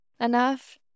enough